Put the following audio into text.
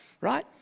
right